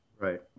Right